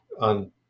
on